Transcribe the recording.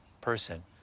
person